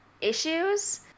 issues